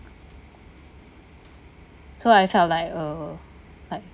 so I felt like uh I